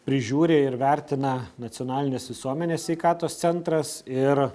prižiūri ir vertina nacionalinis visuomenės sveikatos centras ir